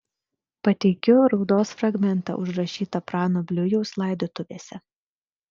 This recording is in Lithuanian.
pateikiu raudos fragmentą užrašytą prano bliujaus laidotuvėse